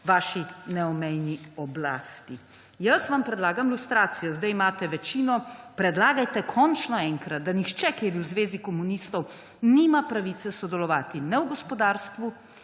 vaši neomejeni oblasti. Jaz vam predlagam lustracijo. Sedaj imate večino, predlagajte končno enkrat, da nihče, ki je bil v zvezi komunistov, nima pravice sodelovati ne v gospodarstvu